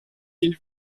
ils